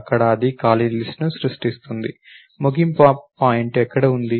అక్కడ అది ఖాళీ లిస్ట్ ను సృష్టిస్తుంది ముగింపు పాయింట్ ఎక్కడ ఉంది